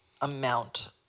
amount